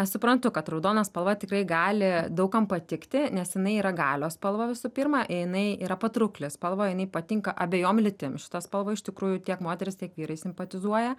aš suprantu kad raudona spalva tikrai gali daug kam patikti nes jinai yra galios spalva visų pirma jinai yra patraukli spalva jinai patinka abejom lytim šita spalva iš tikrųjų tiek moterys tiek vyrai simpatizuoja